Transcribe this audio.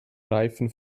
reifen